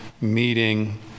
meeting